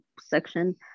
section